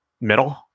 middle